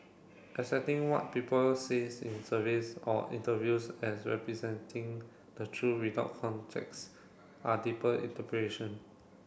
accepting what people says in surveys or interviews as representing the truth without context are deeper interpretation